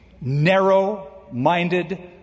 narrow-minded